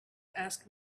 asked